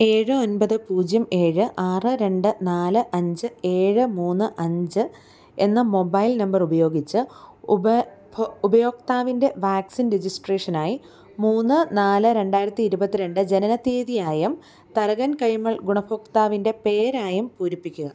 ഏഴ് ഒൻപത് പൂജ്യം ഏഴ് ആറ് രണ്ട് നാല് അഞ്ച് ഏഴ് മൂന്ന് അഞ്ച് എന്ന മൊബൈൽ നമ്പർ ഉപയോഗിച്ച് ഉപ ഭോ ഉപയോക്താവിന്റെ വാക്സിൻ രജിസ്ട്രേഷനായി മൂന്ന് നാല് രണ്ടായിരത്തി ഇരുപത്തി രണ്ട് ജനന തിയതിയായും തരകൻ കൈമൾ ഗുണഭോക്താവിന്റെ പേരായും പൂരിപ്പിക്കുക